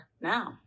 now